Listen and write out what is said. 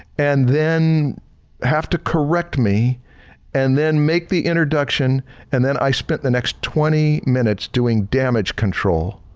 and then have to correct me and then make the introduction and then i spent the next twenty minutes doing damage control.